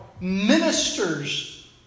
ministers